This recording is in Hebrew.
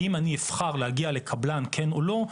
האם אני אבחר להגיע לקבלן כן או לא,